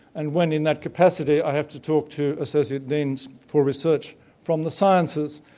and when in that capacity i have to talk to associate deans for research from the sciences,